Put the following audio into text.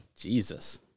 Jesus